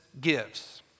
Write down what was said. gives